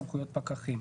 סמכויות פקחים),